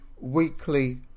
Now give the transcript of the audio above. weekly